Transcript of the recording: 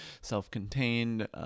self-contained